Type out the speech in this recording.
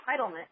entitlement